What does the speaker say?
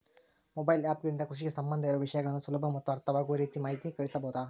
Mobile app ಗಳಿಂದ ಕೃಷಿಗೆ ಸಂಬಂಧ ಇರೊ ವಿಷಯಗಳನ್ನು ಸುಲಭ ಮತ್ತು ಅರ್ಥವಾಗುವ ರೇತಿ ಮಾಹಿತಿ ಕಳಿಸಬಹುದಾ?